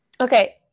Okay